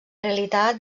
realitat